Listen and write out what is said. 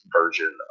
version